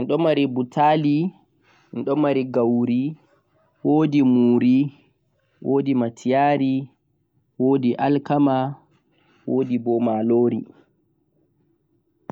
En ɗun mari butali, gauri, muori, matiyaari, alkama wodibo malori